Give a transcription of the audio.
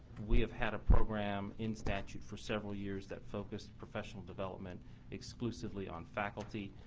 we have had a program in statute for several years that focus professional development exclusively on faculty.